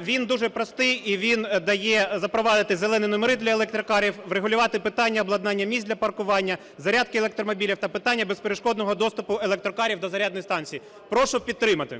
Він дуже простий і він дає запровадити "зелені" номери для електрокарів, врегулювати питання обладнання місць для паркування, зарядки електромобілів та питання безперешкодного доступу електрокарів до зарядних станцій. Прошу підтримати.